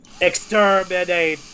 Exterminate